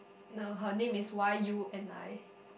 no her name is Y_U_N_I